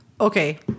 okay